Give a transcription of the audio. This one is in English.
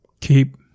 Keep